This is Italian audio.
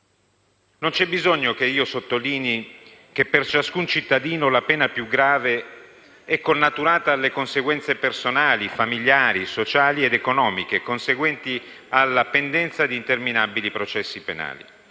Non c'è bisogno che sottolinei che per ciascun cittadino la pena più grave è connaturata alle conseguenze personali, familiari, sociali ed economiche conseguenti alla pendenza di interminabili processi penali.